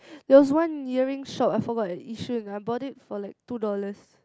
there was one earring shop I forgot at Yishun I bought it for like two dollars